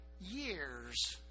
years